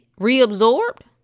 Reabsorbed